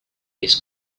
this